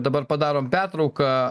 dabar padarome pertrauką